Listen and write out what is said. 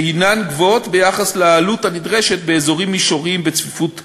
שהן גבוהות ביחס לעלות הנדרשת באזורים מישוריים ובצפיפות גבוהה.